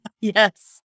Yes